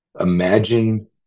Imagine